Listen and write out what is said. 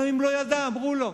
גם אם הוא לא ידע, אמרו לו.